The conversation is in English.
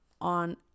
on